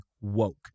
woke